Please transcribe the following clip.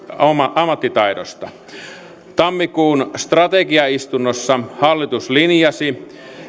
ammattitaidosta tammikuun strategiaistunnossa hallitus linjasi